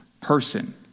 person